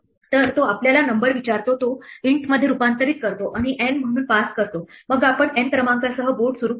तर तो आपल्याला नंबर विचारतो तो int मध्ये रूपांतरित करतो आणि N म्हणून पास करतो मग आपण N क्रमांकासह बोर्ड सुरू करतो